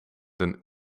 een